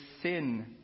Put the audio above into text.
sin